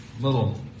little